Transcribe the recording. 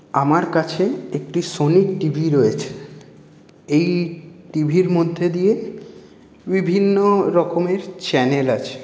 আমার কাছে একটি সোনির টিভি রয়েছে এই টিভির মধ্যে দিয়ে বিভিন্ন রকমের চ্যানেল আছে